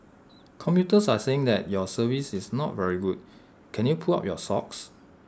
commuters are saying that your service is not very good can you pull up your socks